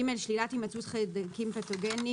(ג)שלילת הימצאות חיידקים פתוגנים